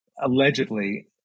allegedly